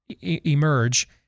emerge